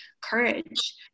courage